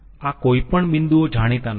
આ કોઈ પણ બિંદુઓ જાણીતા નથી